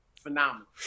phenomenal